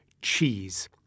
cheese